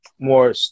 more